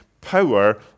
power